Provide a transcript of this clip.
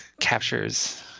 captures